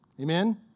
Amen